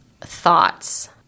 thoughts